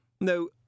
No